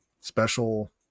special